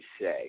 say